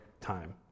time